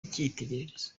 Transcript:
icyitegererezo